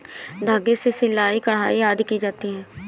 धागे से सिलाई, कढ़ाई आदि की जाती है